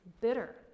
bitter